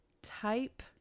Type